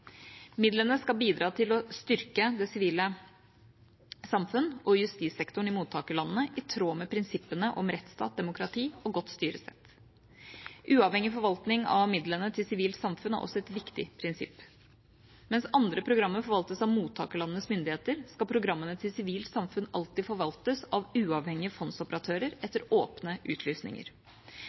Midlene skal bidra til å styrke det sivile samfunn og justissektoren i mottakerlandene, i tråd med prinsippene om rettsstat, demokrati og godt styresett. Uavhengig forvaltning av midlene til sivilt samfunn er også et viktig prinsipp. Mens andre programmer forvaltes av mottakerlandenes myndigheter, skal programmene til sivilt samfunn alltid forvaltes av uavhengige fondsoperatører etter åpne utlysninger.